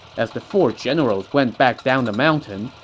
as the four generals went back down the mountain,